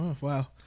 Wow